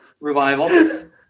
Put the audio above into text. revival